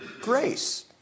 grace